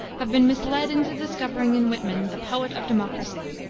have been misled into discovering in whitman the poet of democracy.